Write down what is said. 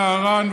נערן,